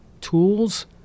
tools